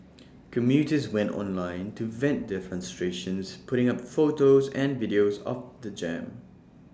commuters went online to vent their frustrations putting up photos and videos of the jam